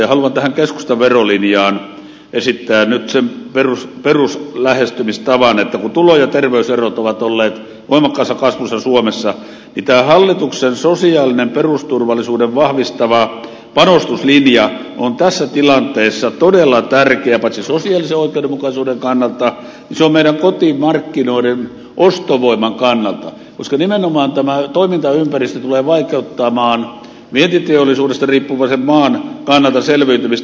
haluan tähän keskustan verolinjaan esittää nyt sen peruslähestymistavan että kun tulo ja terveyserot ovat olleet voimakkaassa kasvussa suomessa niin tämä hallituksen sosiaalinen perusturvallisuutta vahvistava panostuslinja on tässä tilanteessa todella tärkeä paitsi sosiaalisen oikeudenmukaisuuden kannalta niin meidän kotimarkkinoiden ostovoiman kannalta koska nimenomaan tämä toimintaympäristö tulee vaikeuttamaan vientiteollisuudesta riippuvaisen maan kannalta selviytymistä